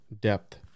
depth